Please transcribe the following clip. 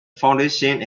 foundation